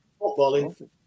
footballing